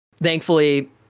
thankfully